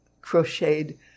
crocheted